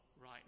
Right